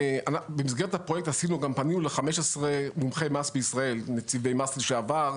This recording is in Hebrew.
במסגרת הפרויקט פנינו ל-15 מומחי מס בישראל נציבי מס לשעבר,